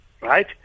right